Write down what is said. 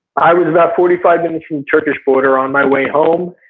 i was about forty five minutes from the turkish border on my way home,